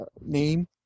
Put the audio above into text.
name